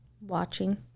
Watching